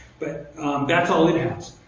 but that's all it and